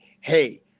hey